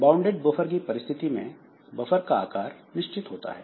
bounded buffer की परिस्थिति में बफर का आकार निश्चित होता है